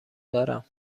دارم